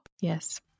Yes